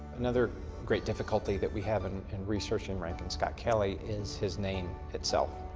another great difficulty that we have in in researching rankin scott kelley is his name itself.